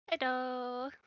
Hello